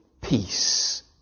peace